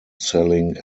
selling